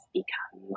become